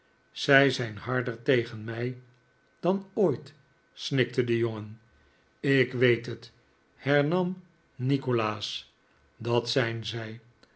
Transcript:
zij zijn harder tegen mij dan ooit snikte de jongen ik weet het hernam nikolaas dat zijn zij